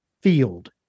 field